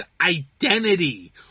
identity